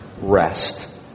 rest